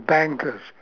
bankers